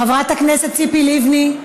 חברת הכנסת ציפי לבני.